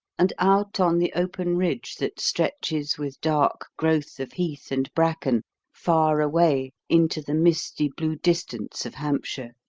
and out on the open ridge that stretches with dark growth of heath and bracken far away into the misty blue distance of hampshire.